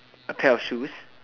a pair of shoes